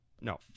No